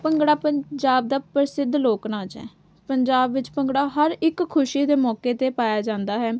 ਭੰਗੜਾ ਪੰਜਾਬ ਦਾ ਪ੍ਰਸਿੱਧ ਲੋਕ ਨਾਚ ਹੈ ਪੰਜਾਬ ਵਿੱਚ ਭੰਗੜਾ ਹਰ ਇੱਕ ਖੁਸ਼ੀ ਦੇ ਮੌਕੇ 'ਤੇ ਪਾਇਆ ਜਾਂਦਾ ਹੈ